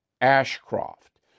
Ashcroft